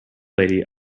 lady